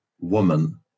woman